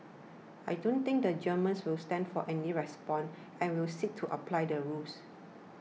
I don't think the Germans will stand for any nonsense and I will seek to apply the rules